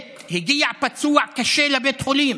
הגיע פצוע קשה לבית החולים,